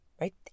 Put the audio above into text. right